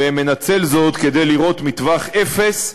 ומנצל זאת כדי לירות מטווח אפס,